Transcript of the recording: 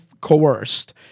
coerced